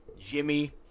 Jimmy